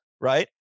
right